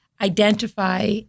identify